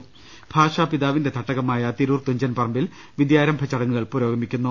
രദ്ദേഷ്ടങ ഭാഷാപിതാവിന്റെ തട്ടകമായ തിരൂർ തുഞ്ചൻ പറമ്പിൽ വിദ്യാരംഭ ചടങ്ങുകൾ പുരോഗമിക്കുന്നു